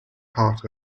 heart